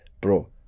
Bro